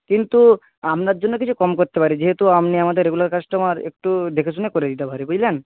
কিন্তু আপনার জন্য কিছু কম করতে পারি যেহেতু আপনি আমাদের রেগুলার কাস্টমার একটু দেখে শুনে করে দিতে পারি বুঝলেন